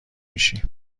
میشی